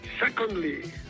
Secondly